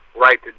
right